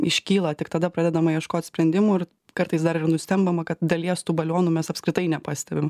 iškyla tik tada pradedama ieškot sprendimų ir kartais dar ir nustembama kad dalies tų balionų mes apskritai nepastebim